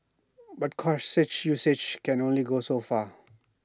but cautious usage can only go so far